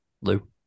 Lou